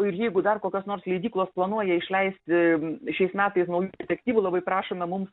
ir jeigu dar kokios nors leidyklos planuoja išleisti šiais metais naujų detektyvų labai prašome mums